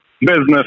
business